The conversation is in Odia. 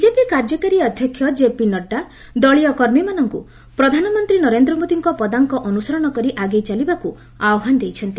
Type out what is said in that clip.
ବିଜେପି କାର୍ଯ୍ୟକାରୀ ଅଧ୍ୟକ୍ଷ ଜେପି ନଡ୍ରା ଦଳୀୟ କମୀମାନଙ୍କୁ ପ୍ରଧାନମନ୍ତ୍ରୀ ନରେନ୍ଦ୍ର ମୋଦିଙ୍କ ପଦାଙ୍କ ଅନୁସରଣ କରି ଆଗେଇ ଚାଲିବାକୁ ଆହ୍ୱାନ ଦେଇଛନ୍ତି